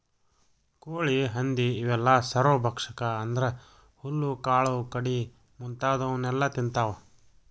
ಕೋಳಿ ಹಂದಿ ಇವೆಲ್ಲ ಸರ್ವಭಕ್ಷಕ ಅಂದ್ರ ಹುಲ್ಲು ಕಾಳು ಕಡಿ ಮುಂತಾದವನ್ನೆಲ ತಿಂತಾವ